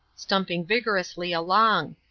stumping vigorously along.